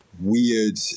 weird